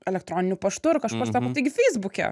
elektroniniu paštu ir kažkur sako taigi feisbuke